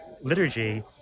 liturgy